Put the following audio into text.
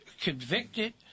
convicted